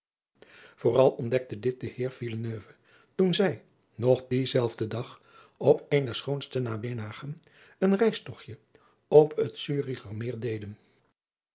vooral ontdekte dit de heer villeneuve toen zij nog dienzelfden dag op een der schoonste namiddagen een reistogtje op het zuricher meer deden